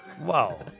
Wow